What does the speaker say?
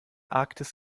arktis